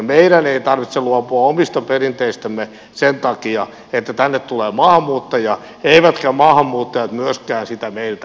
meidän ei tarvitse luopua omista perinteistämme sen takia että tänne tulee maahanmuuttajia eivätkä maahanmuuttajat myöskään sitä meiltä vaadi